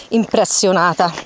impressionata